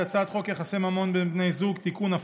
הצעת חוק יחסי ממון בין בני זוג (תיקון,